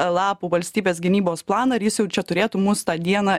lapų valstybės gynybos planą ir jis jau čia turėtų mus tą dieną